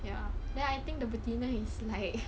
ya then I think the betina is like